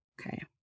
Okay